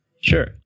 Sure